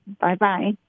Bye-bye